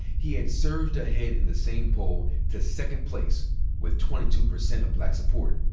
he had surged ahead in the same poll to second place with twenty two percent of black support,